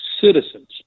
citizens